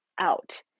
out